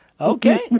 Okay